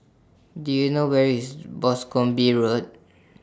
Do YOU know Where IS Boscombe Road